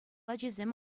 ачисем